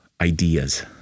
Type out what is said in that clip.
ideas